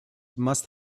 must